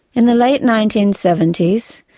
in the late nineteen seventy s,